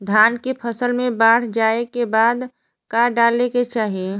धान के फ़सल मे बाढ़ जाऐं के बाद का डाले के चाही?